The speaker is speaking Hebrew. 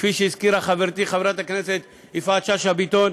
כפי שהזכירה חברתי חברת הכנסת יפעת שאשא ביטון,